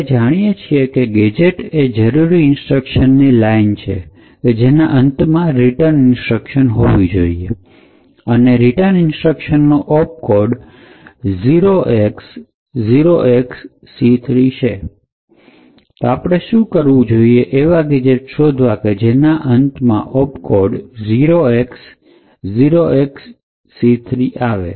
આપણે જાણીએ છીએ કે ગેજેટ એ જરૂરી ઇન્સ્ટ્રક્શન ની લાઈન છે કે જેમાં અંતમાં રીટન ઇન્સ્ટ્રક્શન હોય છે અને રીટન ઇન્સ્ટ્રક્શન નો ઓપકોડે 0x0XC3 છે તો હવે આપણે શું કરવું જોઈએ કે એવા ગેજેટ્સ શોધવા જોઈએ કે જેના અંતમાં ઓપકોડે 0x0XC3 આવે